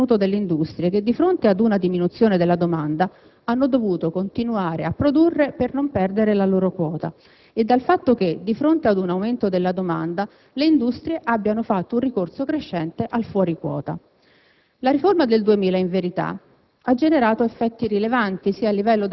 Questa inefficienza e inadeguatezza è dimostrata dal comportamento tenuto dalle industrie che, di fronte ad una diminuzione della domanda, hanno dovuto continuare a produrre per non perdere la loro quota e dal fatto che, di fronte ad un aumento della domanda, abbiano fatto un ricorso crescente al fuori quota.